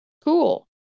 Cool